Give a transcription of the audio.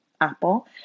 Apple